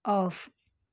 off